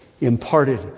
imparted